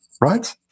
right